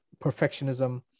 perfectionism